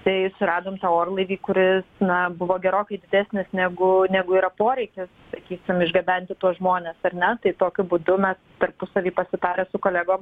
tai suradom tą orlaivį kuris na buvo gerokai didesnis negu negu yra poreikis sakysim išgabenti tuos žmones ar ne tai tokiu būdu mes tarpusavy pasitarę su kolegom